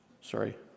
sorry